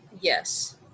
yes